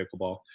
pickleball